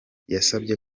yasabye